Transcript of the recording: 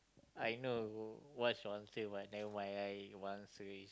I know what's your answer but never mind I answer it